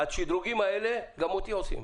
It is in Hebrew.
השדרוגים האלה גם אותי הורסים.